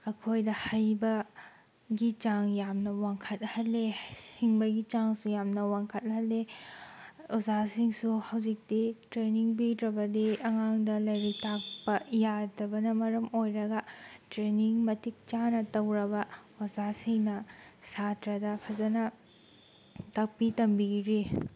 ꯑꯩꯈꯣꯏꯗ ꯍꯩꯕꯒꯤ ꯆꯥꯡ ꯌꯥꯝꯅ ꯋꯥꯡꯈꯠꯍꯜꯂꯦ ꯍꯤꯡꯕꯒꯤ ꯆꯪꯁꯨ ꯌꯥꯝꯅ ꯋꯥꯡꯈꯠꯍꯜꯂꯦ ꯑꯣꯖꯥꯁꯤꯡꯁꯨ ꯍꯧꯖꯤꯛꯇꯤ ꯇ꯭ꯔꯦꯅꯤꯡ ꯄꯤꯗ꯭ꯔꯕꯗꯤ ꯑꯉꯥꯡꯗ ꯂꯥꯏꯔꯤꯛ ꯇꯥꯛꯄ ꯌꯥꯗꯕꯅ ꯃꯔꯝ ꯑꯣꯏꯔꯒ ꯇ꯭ꯔꯦꯅꯤꯡ ꯃꯇꯤꯛ ꯆꯥꯅ ꯇꯧꯔꯕ ꯑꯣꯖꯥꯁꯤꯡꯅ ꯁꯥꯇ꯭ꯔꯗ ꯐꯖꯅ ꯇꯥꯛꯄꯤ ꯇꯝꯕꯤꯔꯤ